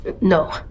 No